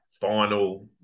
final